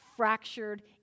fractured